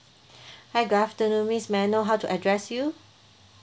hi good afternoon miss may I know how to address you